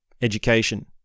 education